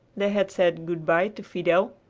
they had said good-bye to fidel,